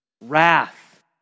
wrath